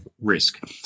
risk